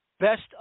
Best